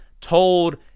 told